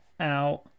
out